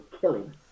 killing